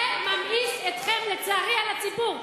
זה ממאיס אתכם, לצערי, על הציבור.